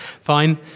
fine